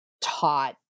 taught